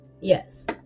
Yes